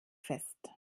fest